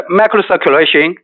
microcirculation